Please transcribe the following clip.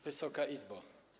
Wysoka Izbo!